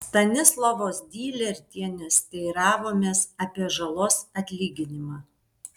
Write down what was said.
stanislavos dylertienės teiravomės apie žalos atlyginimą